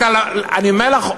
אני אומר לך,